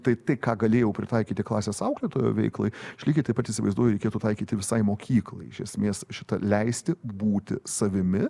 tai tai ką galėjau pritaikyti klasės auklėtojo veiklai aš lygiai taip pat įsivaizduoju reikėtų taikyti visai mokyklai iš esmės šita leisti būti savimi